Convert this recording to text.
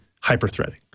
hyper-threading